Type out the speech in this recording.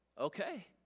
Okay